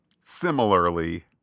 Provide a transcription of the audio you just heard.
similarly